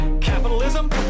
Capitalism